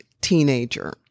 teenager